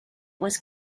was